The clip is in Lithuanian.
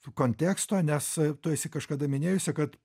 konteksto nes tu esi kažkada minėjusi kad